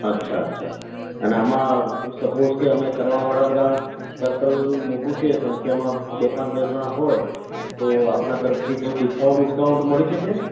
અચ્છા અચ્છા અને આમાં સપોસ કે અમે કરાવવા વાળા બધાં સર્કલ મોટું છે તો સંખ્યામાં બે પાંચ દસ જણા હોય તો આપના તરફથી કોઈ ડિસકાઉન્ટ વિસકાઉન્ટ મળી શકે